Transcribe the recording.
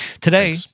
Today